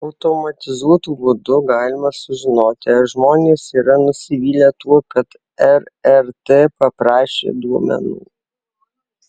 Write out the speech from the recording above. automatizuotu būdu galima sužinoti ar žmonės yra nusivylę tuo kad rrt paprašė duomenų